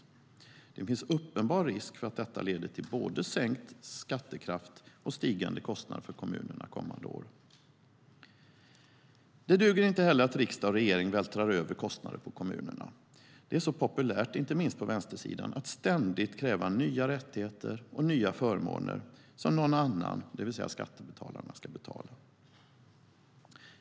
Det finns en uppenbar risk för att detta leder till både sänkt skattekraft och stigande kostnader för kommunerna under kommande år. Det duger inte heller att riksdag och regering vältrar över kostnader på kommunerna. Det är populärt, inte minst på vänstersidan, att ständigt kräva nya rättigheter och nya förmåner som någon annan, det vill säga skattebetalarna, ska betala.